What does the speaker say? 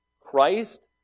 Christ